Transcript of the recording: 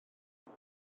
beth